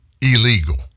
illegal